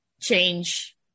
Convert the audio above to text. change